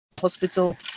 hospital